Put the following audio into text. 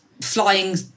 flying